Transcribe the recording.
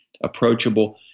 approachable